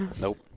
Nope